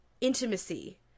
intimacy